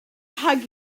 hug